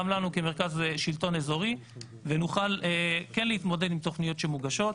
גם לנו כמרכז שלטון אזורי ונוכל להתמודד עם תוכניות שמוגשות.